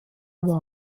war